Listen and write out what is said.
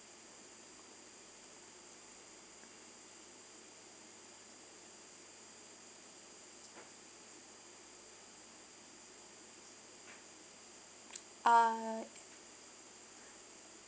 uh